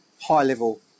high-level